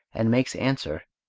and makes answer,